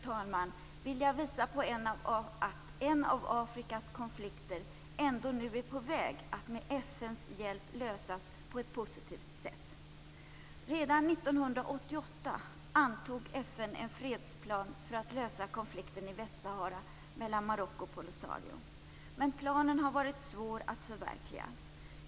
Till sist vill jag visa på att en av Afrikas konflikter ändå nu är på väg att lösas på ett positivt sätt med FN:s hjälp. Redan 1988 antog FN en fredsplan för att lösa konflikten i Västsahara mellan Marocko och Polisario. Men planen har varit svår att förverkliga.